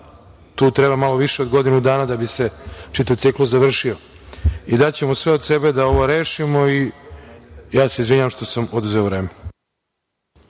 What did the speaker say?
tu treba malo više od godinu dana da bi se čitav ciklus završio.I daćemo sve od sebe da ovo rešimo i ja se izvinjavam što sam oduzeo vreme.